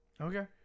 Okay